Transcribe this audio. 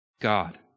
God